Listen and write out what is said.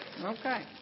Okay